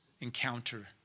encounter